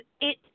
it-